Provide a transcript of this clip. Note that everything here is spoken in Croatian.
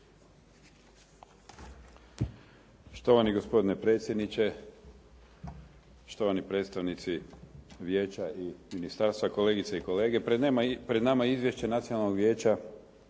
Štovani gospodine predsjedniče, štovani predstavnici Vijeća i ministarstva, kolegice i kolege. Pred nama je Izvješće Nacionalnog vijeća